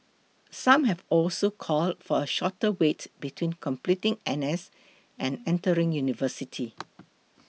some have also called for a shorter wait between completing N S and entering university